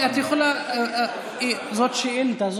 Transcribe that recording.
זאת שאילתה.